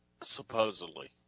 Supposedly